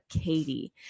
Katie